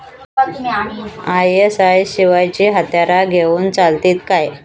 ISI शिवायची हत्यारा घेऊन चलतीत काय?